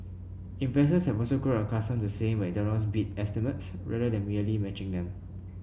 investors also have grown accustomed to seeing McDonald's beat estimates rather than merely matching them